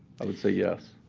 i would say yes.